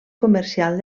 comercial